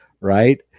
right